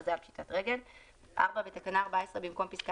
הכרזה על פשיטת רגל"; בתקנה 14 במקום פסקה